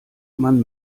man